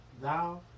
thou